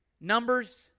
Numbers